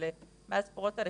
אבל מאז פרוץ הלחימה,